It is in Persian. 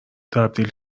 تبدیل